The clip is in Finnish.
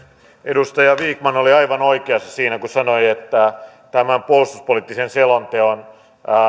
edustaja vikman oli aivan oikeassa siinä kun sanoi että tämän puolustuspoliittisen selonteon